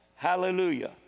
Hallelujah